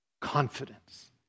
confidence